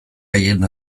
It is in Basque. haien